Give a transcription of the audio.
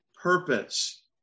purpose